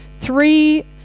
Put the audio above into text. three